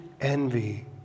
Envy